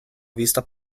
vista